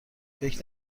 فکر